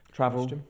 travel